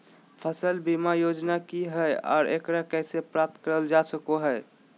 फसल बीमा योजना की हय आ एकरा कैसे प्राप्त करल जा सकों हय?